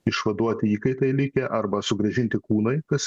išvaduoti įkaitai likę arba sugrąžinti kūnai kas